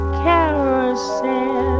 carousel